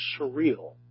surreal